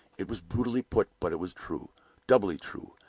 it was brutally put but it was true doubly true,